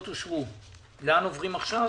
הצבעה בעד,